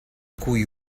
cui